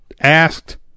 asked